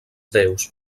déus